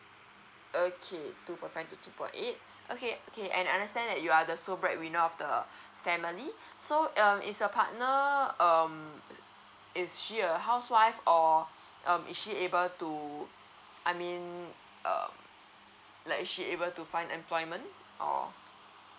okay two point five to two point eight okay okay and I understand that you are the sole bread winner of the family so um is your partner um is she a housewife or um is she able to I mean um like she able to find employment or